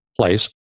place